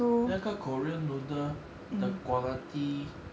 那个 korean noodle 的 quality